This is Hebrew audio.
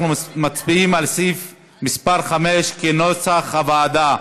אנחנו מצביעים על סעיף מס' 5, כנוסח הוועדה.